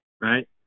right